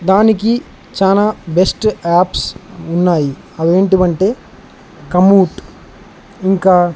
దానికి చాల best apps ఉన్నాయి అవి ఏంటంటే కమూట్ ఇంకా